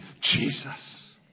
Jesus